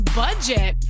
budget